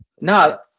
No